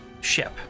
ship